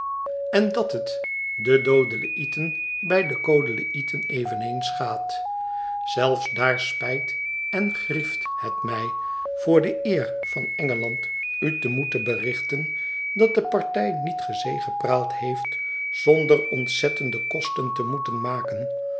en dat het de doodleïeten bij de coodleïeten eveneens gaat zelfs daar spijt en grieft het mij voor de eer van engeland u te moeten berichten dat de partij niet gezegepraald heeft zonder ontzettende kosten te moeten maken